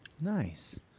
Nice